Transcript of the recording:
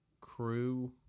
Crew